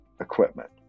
equipment